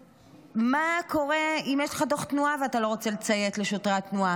מה קורה אם יש לך דוח תנועה ואתה לא רוצה לציית לשוטרי התנועה?